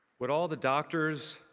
would all the doctors,